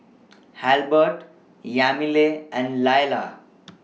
Halbert Yamilet and Lailah